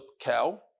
cow